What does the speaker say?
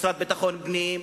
המשרד לביטחון פנים,